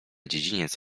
dziedziniec